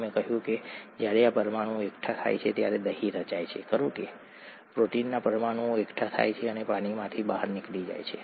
અમે કહ્યું કે જ્યારે આ પરમાણુઓ એકઠા થાય છે ત્યારે દહીં રચાય છે ખરું કે પ્રોટીનના પરમાણુઓ એકઠા થાય છે અને પાણીમાંથી બહાર નીકળી જાય છે